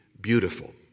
beautiful